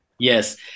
Yes